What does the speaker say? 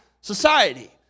society